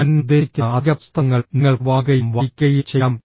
ഞാൻ നിർദ്ദേശിക്കുന്ന അധിക പുസ്തകങ്ങൾ നിങ്ങൾക്ക് വാങ്ങുകയും വായിക്കുകയും ചെയ്യാം